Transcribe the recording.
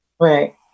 right